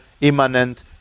immanent